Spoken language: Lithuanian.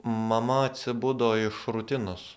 mama atsibudo iš rutinos